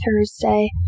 Thursday